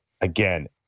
again